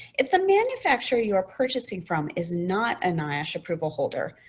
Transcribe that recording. if the manufacturer you are purchasing from is not a niosh approval holder,